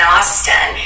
Austin